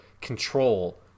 control